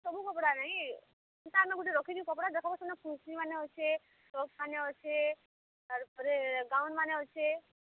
ସବୁ କପଡ଼ା ନାହିଁ ଗୁଟେ ରଖିଛୁ କପଡ଼ା ମାନେ ଅଛେ ଟେ ଅଛେ ତା'ର୍ ପରେ ଗାଉନ୍ ମାନେ ଅଛେ